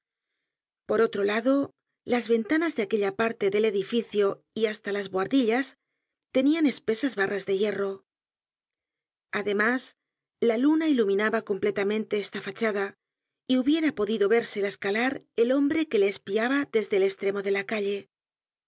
por otro lado las ventanas de aquella parte del edificio y hasta las buhardillas tenian espesas barras de hierro además la luna iluminaba completamente esta fachada y hubiera podido vérsela escalar el hombre que le espiaba desde el estremo de la calle